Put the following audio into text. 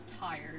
tired